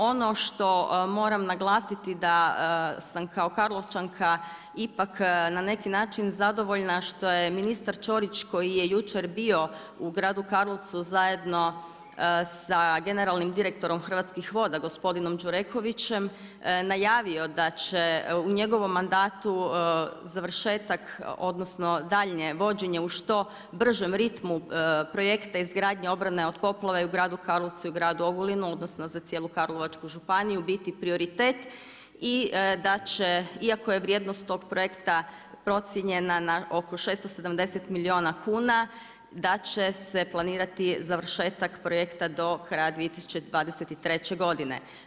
Ono što moram naglasiti da sam kao Karlovčanka ipak na neki način zadovoljna što je ministar Ćorić koji je jučer bio u gradu Karlovcu zajedno sa generalnim direktorom Hrvatskih voda, gospodinom Đurekovićem najavio da će u njegovom mandatu završetak odnosno daljnje vođenje u što bržem ritmu projekta izgradnje obrane od poplave i u gradu Karlovcu i u gradu Ogulinu odnosno za cijelu Karlovačku županiju biti prioritet i da će iako je vrijednost tog projekta procijenjena na oko 670 milijuna kuna da će se planirati završetak projekta do kraja 2023. godine.